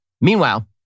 Meanwhile